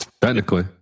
technically